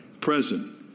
Present